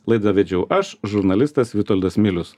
laidą vedžiau aš žurnalistas vitoldas milius